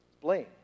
Blame